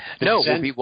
No